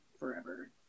Forever